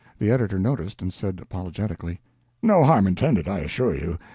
the editor noticed, and said, apologetically no harm intended, i assure you.